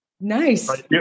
Nice